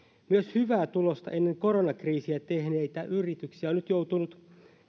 hyvää tulosta ennen koronakriisiä tehneitä yrityksiä on joutunut